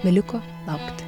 beliko laukti